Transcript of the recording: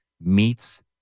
meets